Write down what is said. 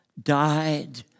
died